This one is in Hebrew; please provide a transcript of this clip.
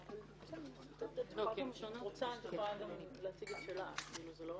ואנחנו גם עומדים על כך.